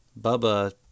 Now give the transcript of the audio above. bubba